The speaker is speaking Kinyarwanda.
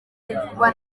bivugwa